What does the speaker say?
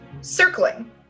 circling